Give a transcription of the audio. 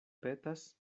petas